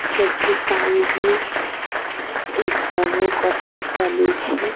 ସେଥିପାଇଁ ହିଁ ଏସବୁ କଥା ଚାଲିଛି